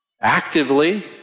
actively